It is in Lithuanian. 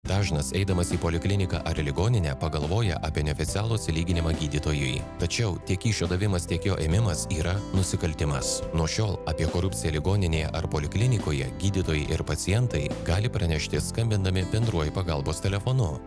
dažnas eidamas į polikliniką ar į ligoninę pagalvoja apie neoficialų atsilyginimą gydytojui tačiau tiek kyšio davimas tiek jo ėmimas yra nusikaltimas nuo šiol apie korupciją ligoninėje ar poliklinikoje gydytojai ir pacientai gali pranešti skambindami bendruoju pagalbos telefonu